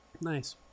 Nice